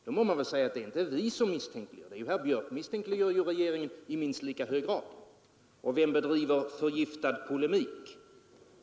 Då må man väl säga att det inte är vi som misstänkliggör regeringen; herr Björk misstänkliggör regeringen i lika hög grad. Vem för en förgiftad polemik?